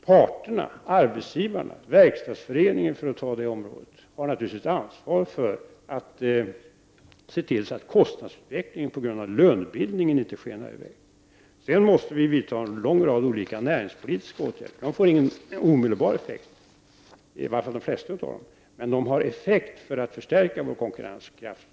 Parterna, arbetsgivarna och t.ex. Verkstadsföreningen, har naturligtvis ett ansvar för att se till att kostnadsutvecklingen på grund av lönebildningen inte skenar i väg. Därutöver måste en lång rad åtgärder på det näringspolitiska området vidtas. Dessa åtgärder får ingen omedelbar effekt — i varje fall de flesta av dem — men de har effekt när det gäller att förstärka konkurrenskraften.